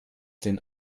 den